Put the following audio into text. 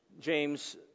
James